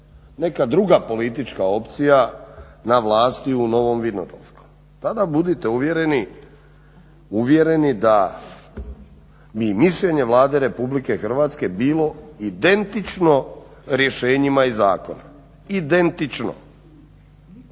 neka druga politička opcija na vlasti u Novom Vinodolskom. Tada budite uvjereni da bi mišljenje Vlade Republike Hrvatske bilo identično rješenjima iz zakona, identično.